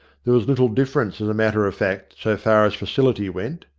there was little difference, as a matter of fact, so far as facility went.